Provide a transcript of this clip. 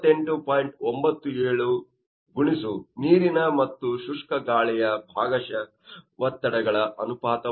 97 ಗುಣಿಸು ನೀರಿನ ಮತ್ತು ಶುಷ್ಕ ಗಾಳಿಯ ಭಾಗಶಃ ಒತ್ತಡಗಳ ಅನುಪಾತವಾಗಿದೆ